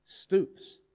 stoops